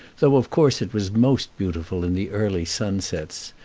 though of course it was most beautiful in the early sunsets.